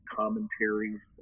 commentaries